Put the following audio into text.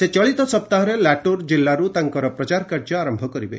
ସେ ଚଳିତ ସପ୍ତାହରେ ଲାଟୁର ଜିଲ୍ଲାରୁ ତାଙ୍କର ପ୍ରଚାର କାର୍ଯ୍ୟ ଆରମ୍ଭ କରିବେ